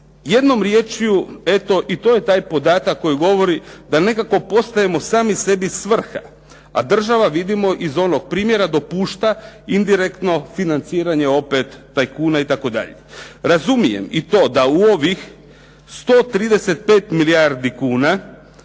Jednom riječju, eto i to je taj podatak koji govori da nekako postajemo sami sebi svrha. A država vidimo, iz onog primjera dopušta indirektno financiranje opet tajkuna itd.. Razumijem i to da u ovih 135 milijardi kuna,